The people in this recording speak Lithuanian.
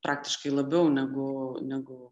praktiškai labiau negu negu